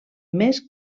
més